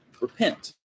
repent